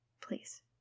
Please